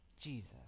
Jesus